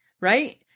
right